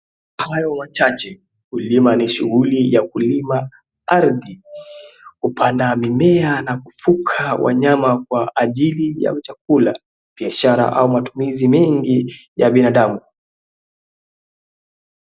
Kulima ni shughuli ya kulima ardhi kupanda mimea na kufuka wanyama kwa ajili ya chakula, biashara au matumizi mengi ya binadamu.